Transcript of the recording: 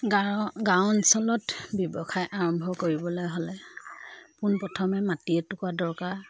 গাঁৱ গাঁও অঞ্চলত ব্যৱসায় আৰম্ভ কৰিবলে হ'লে পোনপ্ৰথমে মাটি এটুকুৰা দৰকাৰ